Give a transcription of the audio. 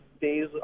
days